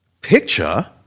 picture